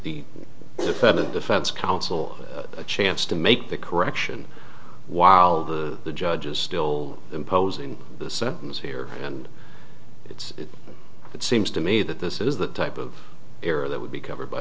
the defendant defense counsel a chance to make the correction while the judge is still imposing the sentence here and it's it seems to me that this is the type of error that would be covered by